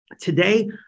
Today